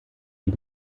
die